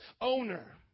owner